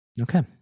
Okay